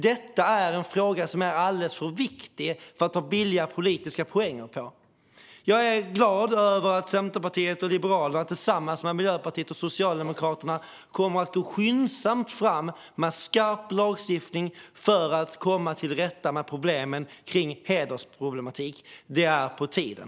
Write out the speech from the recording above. Detta är en fråga som är alldeles för viktig för att ta billiga politiska poänger på. Jag är glad över att Centerpartiet och Liberalerna tillsammans med Miljöpartiet och Socialdemokraterna kommer att gå skyndsamt fram med skarp lagstiftning för att komma till rätta med problemen med hedersproblematik. Det är på tiden.